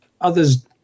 Others